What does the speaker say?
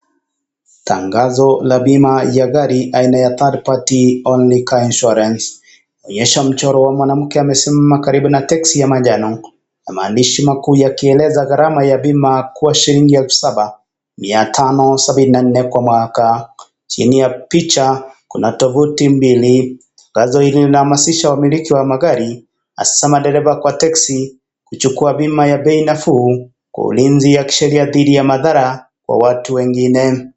Tangazo la bima ya gari aina ya third party only car insurance , ikionyesha mchoro wa mwanamke amesimama karibu na teksi ya majano, na maandishi makuu yakieleza gharama ya bima kuwa shilingi elfu saba mia tano sabini na nne kwa mwaka. Chini ya picha, kuna tovuti mbili, zinazohamasisha wamiliki wa magari, hasa madereva kwa teksi, kuchukua bima ya bei nafuu kwa ulinzi ya kisheria dhidi ya madhara kwa watu wengine.